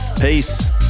Peace